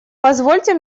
позвольте